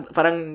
parang